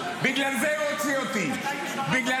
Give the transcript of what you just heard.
בגלל זה הוא הוציא אותי -- כי אתה התפרעת ----- בגלל